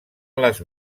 les